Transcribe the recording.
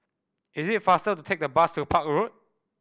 it is faster to take the bus to Park Road